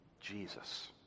Jesus